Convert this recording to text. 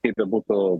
kaip bebūtų